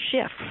shift